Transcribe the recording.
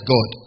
God